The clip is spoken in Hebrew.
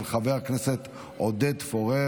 של חבר הכנסת משה סולומון,